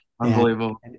Unbelievable